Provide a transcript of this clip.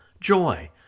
joy